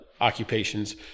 occupations